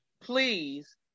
Please